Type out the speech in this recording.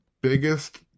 biggest